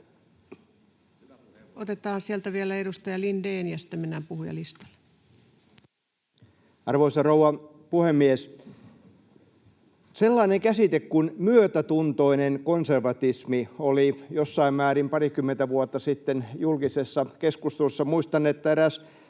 Otetaan sieltä vielä edustaja Lindén, ja sitten mennään puhujalistalle. Arvoisa rouva puhemies! Sellainen käsite kuin ”myötätuntoinen konservatismi” oli jossain määrin parikymmentä vuotta sitten julkisessa keskustelussa. Muistan, että eräs